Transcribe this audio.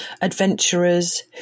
adventurers